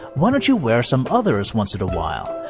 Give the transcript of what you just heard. why don't you wear some others once in a while?